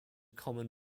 common